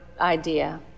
idea